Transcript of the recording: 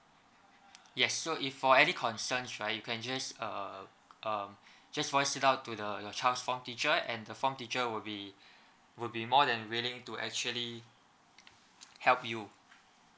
yes so if for any concerns right you can just err um just voice it out to the your child's form teacher and the form teacher will be would be more than willing to actually help you